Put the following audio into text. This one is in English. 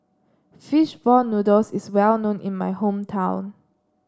fish ball noodles is well known in my hometown